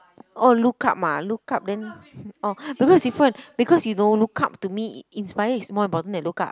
oh look up ah look up then oh because different because you know look up to me in~ inspire is more important than look up